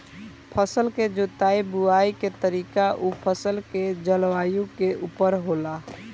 फसल के जोताई बुआई के तरीका उ फसल के जलवायु के उपर होला